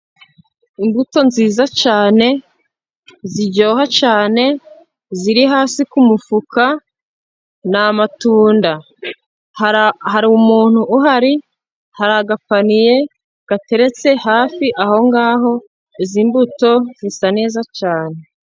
imbuto nziza cyane ziryoha cyane, ziri hasi ku mufuka ni amatunda, hari umuntu uhari hari agapaniye gateretse hafi aho ngaho, izi mbuto zisa neza cyane.